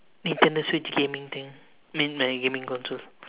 internet switch gaming thing mean my gaming control